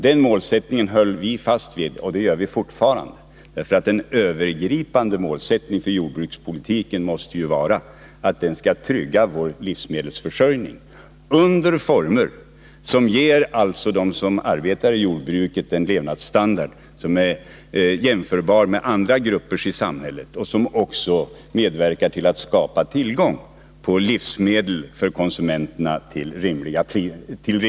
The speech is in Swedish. Den målsättningen höll vi fast vid, och den håller vi fast vid fortfarande. En övergripande målsättning för jordbrukspolitiken måste ju vara att den skall trygga vår livsmedelsförsörjning under former som ger dem som arbetar i jordbruket en levnadsstandard som är jämförbar med andra gruppers i samhället och som också medverkar till att skapa tillgång på livsmedel för konsumenterna till rimliga priser.